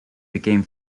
became